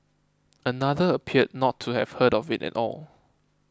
another appeared not to have heard of it at all